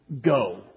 go